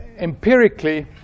empirically